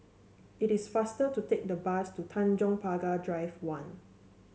it is faster to take the bus to Tanjong Pagar Drive One